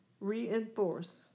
reinforce